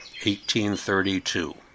1832